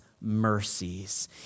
mercies